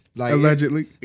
allegedly